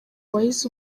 wahise